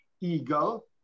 Eagle